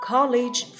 College